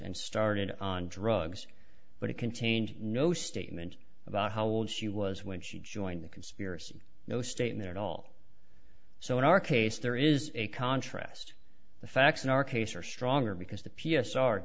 and started on drugs but it contained no statement about how old she was when she joined the conspiracy no state there at all so in our case there is a contrast the facts in our case are stronger because the p